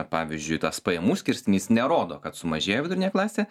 pavyzdžiui tas pajamų skirstinys nerodo kad sumažėjo vidurinė klasė